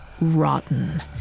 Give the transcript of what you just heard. rotten